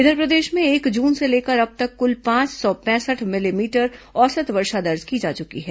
इधर प्रदेश में एक जून से लेकर अब तक कुल पांच सौ पैंसठ मिलीमीटर औसत वर्षा दर्ज की जा चुकी है